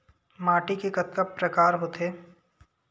माटी के कतका प्रकार होथे?